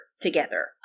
together